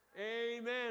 Amen